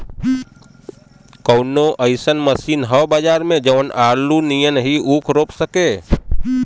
कवनो अइसन मशीन ह बजार में जवन आलू नियनही ऊख रोप सके?